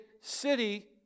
city